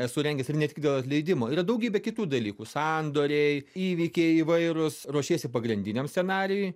esu rengęs ir ne tik dėl atleidimo yra daugybė kitų dalykų sandoriai įvykiai įvairūs ruošiesi pagrindiniam scenarijui